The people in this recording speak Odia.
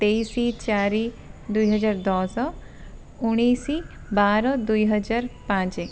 ତେଇଶି ଚାରି ଦୁଇହଜାର ଦଶ ଉଣେଇଶ ବାର ଦୁଇହଜାର ପାଞ୍ଚ